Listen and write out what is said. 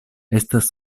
estas